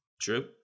True